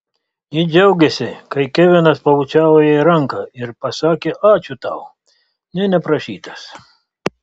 ji džiaugėsi kai kevinas pabučiavo jai ranką ir pasakė ačiū tau nė neprašytas